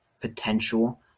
potential